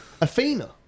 athena